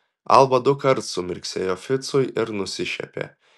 alba dukart sumirksėjo ficui ir nusišiepė